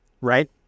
right